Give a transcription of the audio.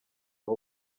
aho